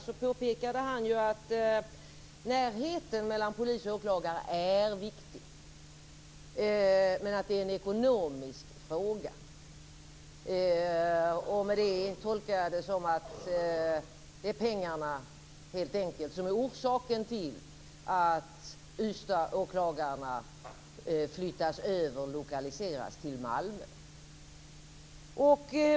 Han påpekade att närheten mellan polis och åklagare är viktig, men att det är en ekonomisk fråga. Med det tolkar jag att det är helt enkelt pengarna som är orsaken till att Ystadåklagarna lokaliseras till Malmö.